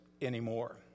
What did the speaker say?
anymore